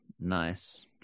nice